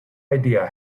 idea